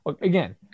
again